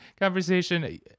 conversation